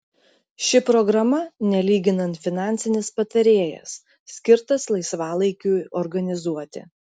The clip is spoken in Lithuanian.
ši programa nelyginant finansinis patarėjas skirtas laisvalaikiui organizuoti